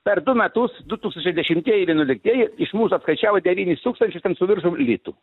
per du metus du tūkstančiai dešimtieji vienuoliktieji iš mūsų atskaičiavo devynis tūkstančius ten su viršum litų